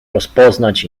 rozpoznać